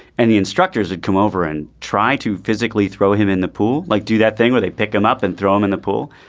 and the instructors had come over and try to physically throw him in the pool like do that thing where they pick him up and throw him in the pool.